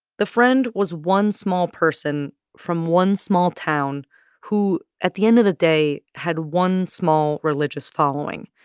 the friend was one small person from one small town who, at the end of the day, had one small religious following.